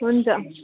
हुन्छ